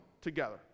together